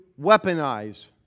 weaponize